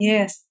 Yes